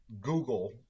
Google